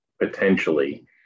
potentially